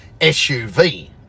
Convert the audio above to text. suv